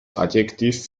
adjektiv